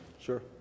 Sure